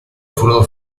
furono